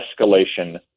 escalation